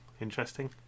interesting